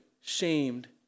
shamed